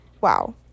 Wow